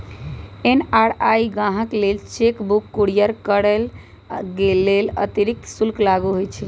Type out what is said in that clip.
NRI गाहकके लेल cheque book courier करय लेल अतिरिक्त शुल्क लागू होइ छइ